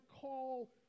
call